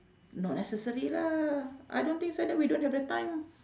not necessary lah I don't think so and then we don't have the time